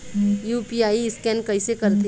UPI scan कइसे करथे?